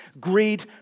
Greed